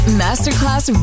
masterclass